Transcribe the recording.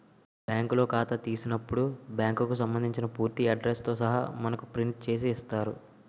బ్యాంకులో ఖాతా తెలిసినప్పుడు బ్యాంకుకు సంబంధించిన పూర్తి అడ్రస్ తో సహా మనకు ప్రింట్ చేసి ఇస్తారు